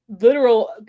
literal